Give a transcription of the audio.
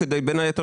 בין היתר,